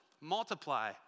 multiply